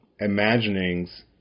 imaginings